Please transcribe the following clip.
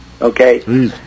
Okay